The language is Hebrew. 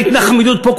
לא בגלל ההתנחמדות פה,